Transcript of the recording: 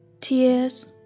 Tears